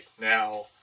Now